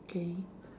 K